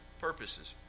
purposes